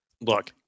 Look